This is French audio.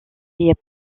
est